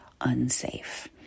unsafe